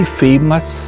famous